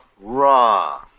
raw